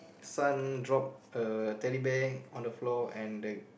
son dropped a Teddy Bear on the floor and the